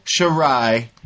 Shirai